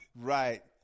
right